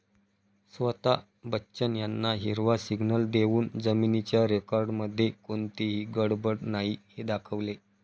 स्वता बच्चन यांना हिरवा सिग्नल देऊन जमिनीच्या रेकॉर्डमध्ये कोणतीही गडबड नाही हे दाखवले